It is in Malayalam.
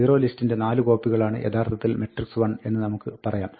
zerolist ന്റെ നാല് കോപ്പികളാണ് യഥാർത്ഥത്തിൽ matrixl എന്ന് നമുക്ക് പറയാം